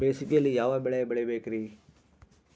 ಬೇಸಿಗೆಯಲ್ಲಿ ಯಾವ ಬೆಳೆ ಬೆಳಿಬೇಕ್ರಿ?